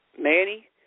Manny